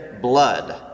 blood